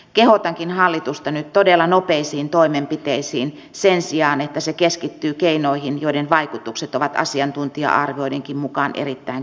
kehotankin hallitusta nyt todella nopeisiin toimenpiteisiin sen sijaan että se keskittyy keinoihin joiden vaikutukset ovat asiantuntija arvioidenkin mukaan erittäin kyseenalaisia